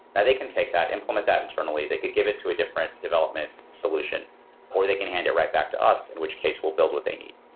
they can take that, implement that internally. they could give it to a different development solution or they can hand it right back to us, in which case we'll build what they need.